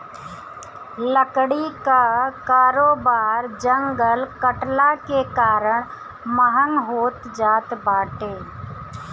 लकड़ी कअ कारोबार जंगल कटला के कारण महँग होत जात बाटे